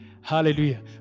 hallelujah